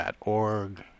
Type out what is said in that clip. .org